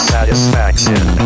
Satisfaction